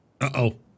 uh-oh